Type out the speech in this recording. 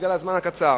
בגלל הזמן הקצר.